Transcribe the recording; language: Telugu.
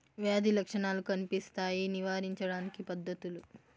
వ్యాధి లక్షణాలు కనిపిస్తాయి నివారించడానికి పద్ధతులు?